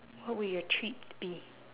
what would your treat be